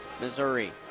missouri